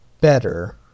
better